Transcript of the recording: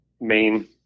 main